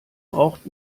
braucht